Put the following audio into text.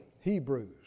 Hebrews